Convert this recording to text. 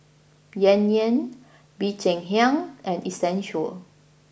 Yan Yan Bee Cheng Hiang and Essential